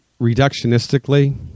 reductionistically